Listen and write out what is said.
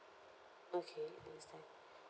okay